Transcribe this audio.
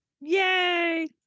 Yay